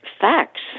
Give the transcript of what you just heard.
facts